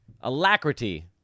Alacrity